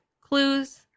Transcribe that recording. clues